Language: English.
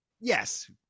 Yes